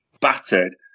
battered